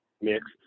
mixed